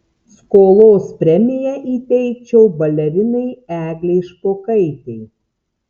skolos premiją įteikčiau balerinai eglei špokaitei